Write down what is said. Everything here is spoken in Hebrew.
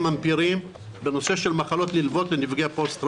אמפיריים בנושא של מחלות נלוות לנפגעי פוסט טראומה,